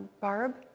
Barb